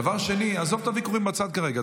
דבר שני, עזוב את הוויכוחים בצד כרגע.